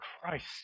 Christ